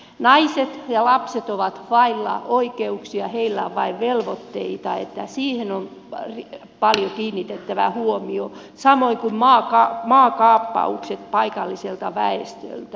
naiset ja lapset ovat vailla oikeuksia heillä on vain velvoitteita niin että siihen on paljon kiinnitettävä huomiota samoin kuin maakaappauksiin paikalliselta väestöltä